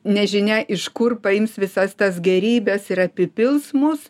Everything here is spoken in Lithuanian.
nežinia iš kur paims visas tas gėrybes ir apipils mus